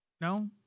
No